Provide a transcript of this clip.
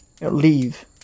leave